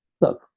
look